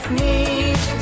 need